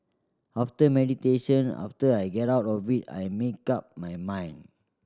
after meditation after I get out of it I make up my mind